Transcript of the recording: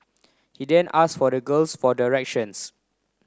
he then asked for the girl for directions